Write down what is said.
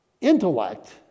intellect